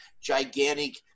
gigantic